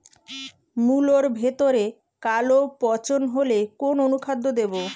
মুলোর ভেতরে কালো পচন হলে কোন অনুখাদ্য দেবো?